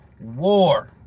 War